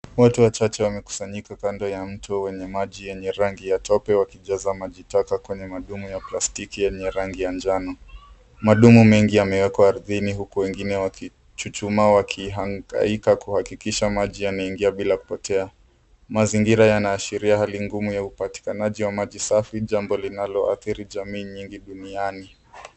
Watu wachache wamekusanyika kando ya mto wenye maji yenye rangi ya tope wakijaza majitaka kwenye madumu ya plastiki yenye rangi ya njano. Madumu mengi yamewekwa ardhini huku wengine wakichuchuma wakihangaika kuhakikisha maji yameingia bila kupotea. Mazingira yanaashiria hali ngumu ya upatikanaji wa maji safi jambo linaloathiri jamii nyingi duniani.